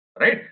Right